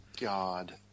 God